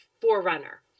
forerunner